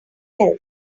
else